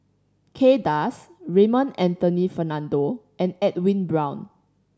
Kay Das Raymond Anthony Fernando and Edwin Brown